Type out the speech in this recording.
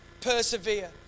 persevere